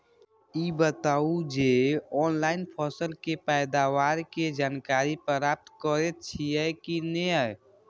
ई बताउ जे ऑनलाइन फसल के पैदावार के जानकारी प्राप्त करेत छिए की नेय?